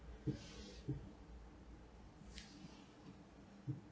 ya